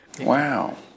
wow